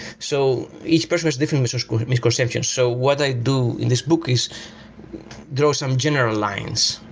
so each person has different misconceptions. so what i do in this book is draw some general lines,